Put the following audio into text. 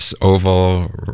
oval